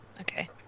Okay